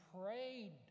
prayed